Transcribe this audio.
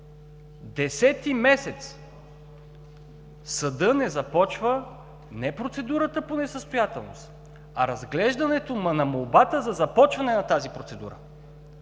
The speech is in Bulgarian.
десети месец съдът не започва не процедурата по несъстоятелност, а разглеждането му на молбата за започване на тази процедура.